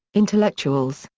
intellectuals,